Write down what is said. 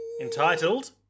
Entitled